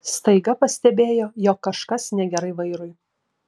staiga pastebėjo jog kažkas negerai vairui